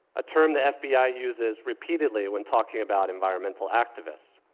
a term the fbi uses repeatedly when talking about environmental activists.